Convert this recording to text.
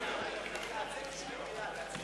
הממשלה על העברת סמכות